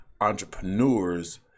entrepreneurs